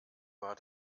war